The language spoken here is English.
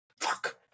Fuck